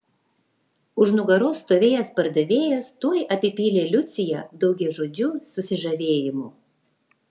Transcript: už nugaros stovėjęs pardavėjas tuoj apipylė liuciją daugiažodžiu susižavėjimu